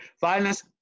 violence